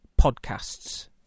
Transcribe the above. podcasts